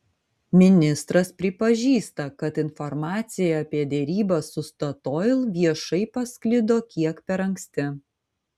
ministras pripažįsta kad informacija apie derybas su statoil viešai pasklido kiek per anksti